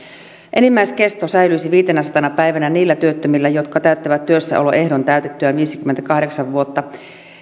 enimmäiskesto säilyisi viitenäsatana päivänä niillä työttömillä jotka täyttävät työssäoloehdon täytettyään viisikymmentäkahdeksan vuotta